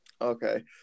Okay